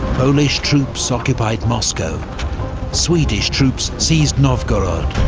polish troops occupied moscow swedish troops seized novgorod.